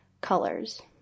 Colors